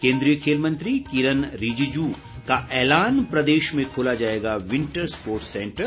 केन्द्रीय खेल मंत्री किरन रिजिजू का ऐलान प्रदेश में खोला जाएगा विंटर स्पोर्ट्स सेंटर